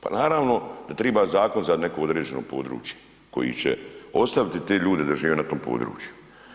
Pa naravno da triba zakon za neko određeno područje koji će ostaviti te ljude da žive na tom području.